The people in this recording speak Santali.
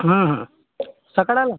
ᱥᱟᱠᱲᱟ ᱨᱮ